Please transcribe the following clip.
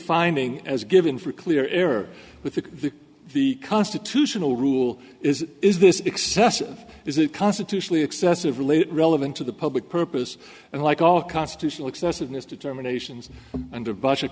finding as given for clear error with the constitutional rule is is this excessive is it constitutionally excessive relate relevant to the public purpose and like all constitutional excessiveness determinations under budget